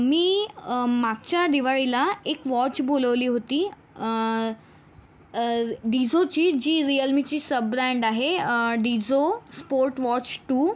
मी मागच्या दिवाळीला एक वॉच बोलवली होती डिझोची जी रियलमीची सब ब्रँड आहे डिझो स्पोर्ट वॉच टू